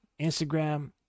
Instagram